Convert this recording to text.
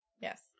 Yes